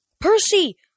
Percy